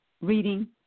reading